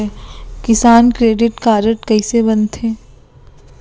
किसान credit card कइसे बनथे?